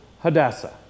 Hadassah